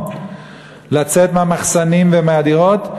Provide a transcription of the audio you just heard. לצאת מהמחסנים ומהדירות,